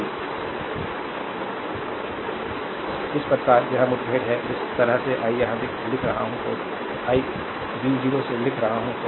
slide time देखें 3036 इस प्रकार यह मुठभेड़ है जिस तरह से आई यहाँ लिख रहा हूँ तो आई v0 से लिख रहा हूं